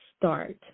start